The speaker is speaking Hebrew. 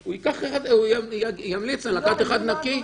הוא ימליץ לקחת אחד נקי.